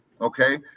Okay